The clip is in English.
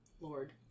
Lord